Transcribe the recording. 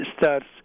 starts